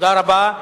תודה רבה.